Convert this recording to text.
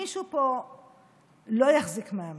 מישהו פה לא יחזיק מעמד.